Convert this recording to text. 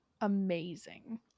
amazing